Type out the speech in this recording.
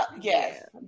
Yes